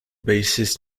bassist